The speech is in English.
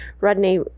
Rodney